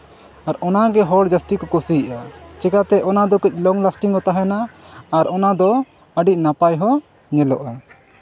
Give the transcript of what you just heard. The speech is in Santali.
ᱟᱨ ᱚᱱᱟᱜᱮ ᱦᱚᱲ ᱡᱟᱹᱥᱛᱤ ᱠᱚ ᱠᱩᱥᱤᱭᱟᱜᱼᱟ ᱪᱤᱠᱟᱹᱛᱮ ᱚᱱᱟᱫᱚ ᱠᱟᱹᱡ ᱞᱚᱝ ᱞᱟᱥᱴᱤᱝ ᱛᱟᱦᱮᱱᱟ ᱟᱨ ᱚᱱᱟᱫᱚ ᱟᱹᱰᱤ ᱱᱟᱯᱟᱭ ᱦᱚᱸ ᱧᱮᱞᱚᱜᱼᱟ